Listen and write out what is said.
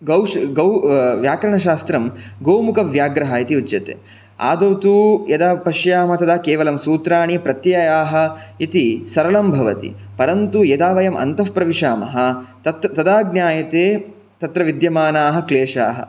व्याकरणशास्त्रं गौमुखव्याघ्रः इति उच्यते आदौ तु यदा पश्यामः तदा केवलं सूत्राणि प्रत्ययाः इति सरलं भवति परन्तु यदा वयम् अन्तः प्रविशामः तदा ज्ञायते तत्र विद्यमानाः क्लेशाः